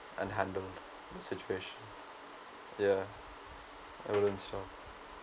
and handled the situation yeah it